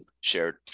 shared